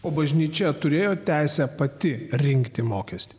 o bažnyčia turėjo teisę pati rinkti mokestį